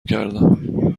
کردم